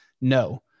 No